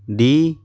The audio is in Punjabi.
ਦੀ